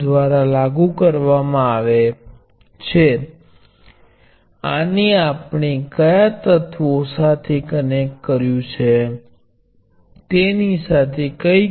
પરંતુ આના પાછળ ખૂબ સમય વિતાવવાનું કારણ એ છે કે આવા પ્રારંભિક પરિણામો પણ તમારે જોઈએ છે